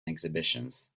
exhibitions